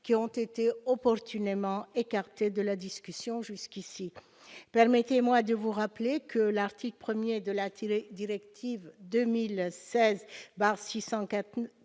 qui ont été opportunément écartées de la discussion jusqu'ici. Permettez-moi de vous rappeler que l'article 1 de la directive 2016/680